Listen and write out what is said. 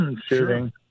shooting